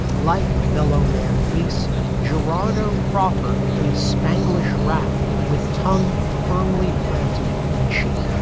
like mellow man ace girardeau crawford, a spanglish rap with tongue firmly planted in cheek